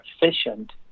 efficient